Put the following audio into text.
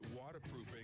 Waterproofing